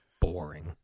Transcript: boring